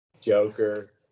joker